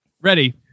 Ready